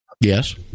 yes